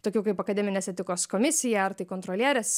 tokių kaip akademinės etikos komisija ar tai kontrolierės